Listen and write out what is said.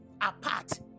apart